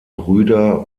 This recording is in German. brüder